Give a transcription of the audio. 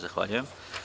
Zahvaljujem.